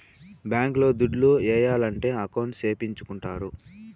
bank లో దుడ్లు ఏయాలంటే అకౌంట్ సేపిచ్చుకుంటారు